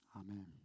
Amen